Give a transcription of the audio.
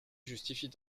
justifie